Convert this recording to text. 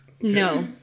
No